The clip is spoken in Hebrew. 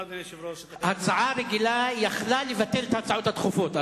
הצעה רגילה יכלה לבטל את ההצעות הדחופות,